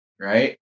right